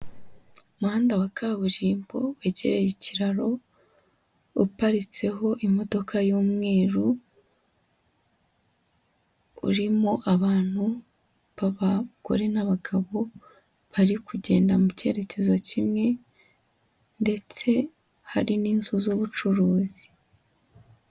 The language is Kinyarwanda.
Umuhanda wa kaburimbo, wegereye ikiraro, uparitseho imodoka y'umweru, urimo abantu b'abagore n'abagabo, bari kugenda mu cyerekezo kimwe, ndetse hari n'inzu z'ubucuruzi.